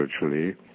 virtually